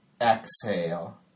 exhale